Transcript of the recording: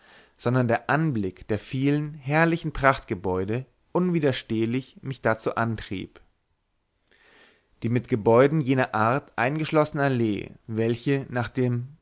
sondern der anblick der vielen herrlichen prachtgebäude unwiderstehlich mich dazu antrieb die mit gebäuden jener art eingeschlossene allee welche nach